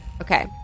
okay